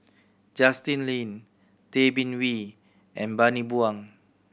Justin Lean Tay Bin Wee and Bani Buang